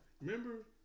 Remember